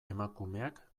emakumeak